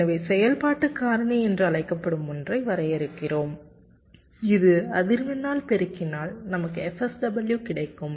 எனவே செயல்பாட்டுக் காரணி என்று அழைக்கப்படும் ஒன்றை வரையறுக்கிறோம் இது அதிர்வெண்ணால் பெருக்கினால் நமக்கு fSW கிடைக்கும்